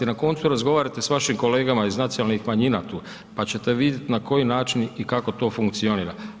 Na koncu, razgovarate s vašim kolegama iz nacionalnih manjina tu pa ćete vidjeti na koji način i kako to funkcionira.